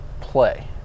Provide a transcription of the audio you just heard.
play